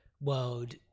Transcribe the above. world